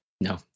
No